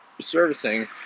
servicing